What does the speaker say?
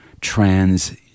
trans